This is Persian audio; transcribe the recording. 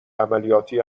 عملیاتی